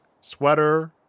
sweater